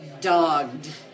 dogged